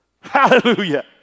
Hallelujah